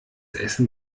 essen